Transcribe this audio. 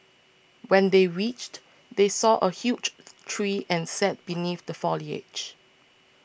when they reached they saw a huge tree and sat beneath the foliage